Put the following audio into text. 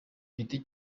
giti